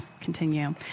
continue